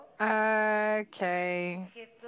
Okay